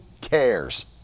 cares